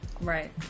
right